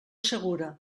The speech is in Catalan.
segura